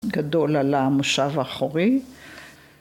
‫גדול על המושב האחורי.